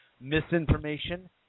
misinformation